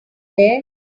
there